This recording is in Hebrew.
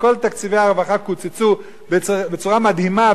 וכל תקציבי הרווחה קוצצו בצורה מדהימה,